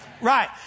Right